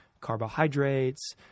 carbohydrates